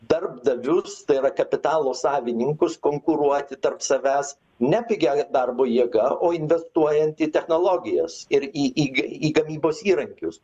darbdavius tai yra kapitalo savininkus konkuruoti tarp savęs ne pigia darbo jėga o investuojant į technologijas ir į į į gamybos įrankius